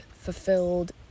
fulfilled